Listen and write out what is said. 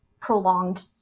prolonged